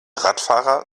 radfahrer